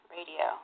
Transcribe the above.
Radio